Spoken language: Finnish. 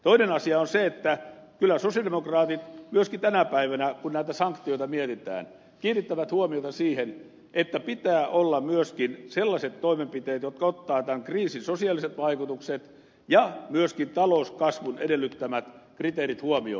toinen asia on se että kyllä sosialidemokraatit myöskin tänä päivänä kun näitä sanktioita mietitään kiinnittävät huomiota siihen että pitää olla myöskin sellaiset toimenpiteet jotka ottavat tämän kriisin sosiaaliset vaikutukset ja myöskin talouskasvun edellyttämät kriteerit huomioon